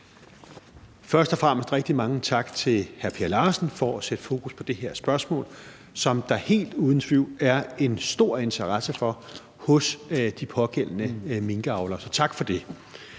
Først og fremmest rigtig mange tak til hr. Per Larsen for at sætte fokus på det her spørgsmål, som der helt uden tvivl er en stor interesse for hos de pågældende minkavlere – så tak for det.